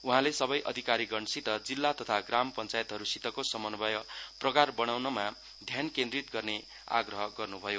उहाँले सबै अधिकारीगणसित जिल्ला तथा ग्राम पञ्चायतहरूसितको समन्वय प्रगाढ़ बनाउनमा ध्यान केन्द्रित गर्ने आग्रह गर्नुभयो